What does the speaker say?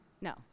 no